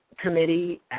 committee